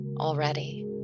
already